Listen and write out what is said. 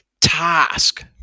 task